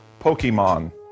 Pokemon